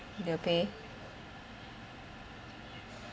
they'll pay